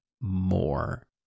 more